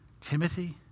Timothy